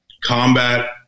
combat